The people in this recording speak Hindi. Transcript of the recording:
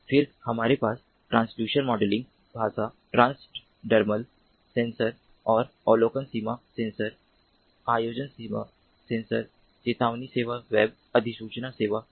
फिर हमारे पास ट्रांसड्यूसर मॉडलिंग भाषा ट्रांसडर्मल सेंसर और अवलोकन सीमा सेंसर आयोजन सेवा सेंसर चेतावनी सेवा वेब अधिसूचना सेवा हैं